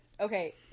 Okay